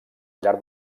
llar